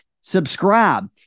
Subscribe